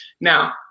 now